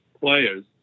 players